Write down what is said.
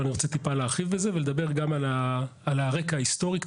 אבל אני רוצה טיפה להרחיב בזה ולדבר גם על הרקע ההיסטורי,